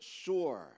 sure